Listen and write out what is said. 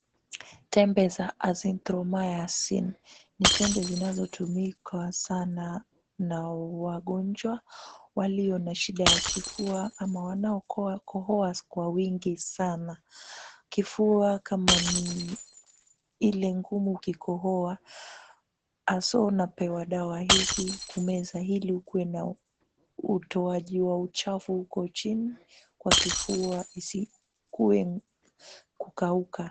Tembe za azythromycin ni tembe zinazotumika sana na wagonjwa walio na shida ya kifua ama wanaokohoa kohoa kwa wingi sana. Kifua kama ni ile ngumu ukikohoa haswa unapewa dawa hizi kumeza ili ukuwe na utoaji wa uchafu huko chini kwa kifua isikue kukauka.